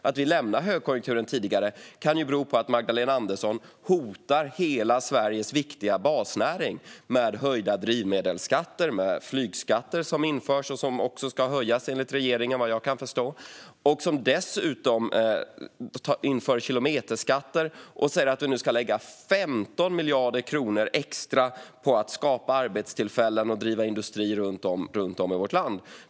Att vi lämnar högkonjunkturen tidigare kan bero på att Magdalena Andersson hotar hela Sveriges viktiga basnäring med höjda drivmedelsskatter, att flygskatter införs och också ska höjas, enligt regeringen, vad jag kan förstå, och att hon dessutom inför kilometerskatter och säger att vi nu ska lägga 15 miljarder kronor extra på att skapa arbetstillfällen och driva industri runt om i vårt land.